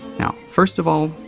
now first of all,